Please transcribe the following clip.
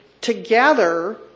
together